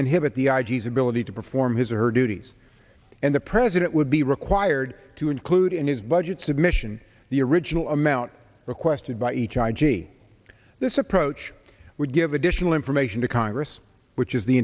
inhibit the i g s ability to perform his or her duties and the president would be required to include in his budget submission the original amount requested by each i g this approach would give additional information to congress which is the